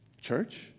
Church